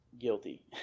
Guilty